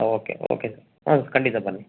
okay okay ಹಾಂ ಖಂಡಿತಾ ಬನ್ನಿ